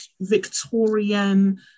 Victorian